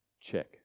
Check